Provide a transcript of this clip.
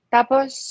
Tapos